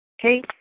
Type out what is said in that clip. Okay